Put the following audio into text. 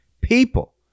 people